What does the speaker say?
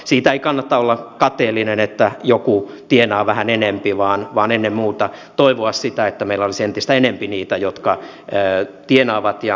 siitä ei kannata olla kateellinen että joku tienaa vähän enempi vaan ennen muuta toivoa sitä että meillä olisi entistä enempi niitä jotka tienaavat